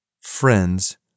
friends